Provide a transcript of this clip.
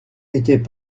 étaient